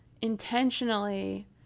intentionally